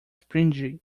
springy